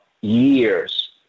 years